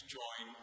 join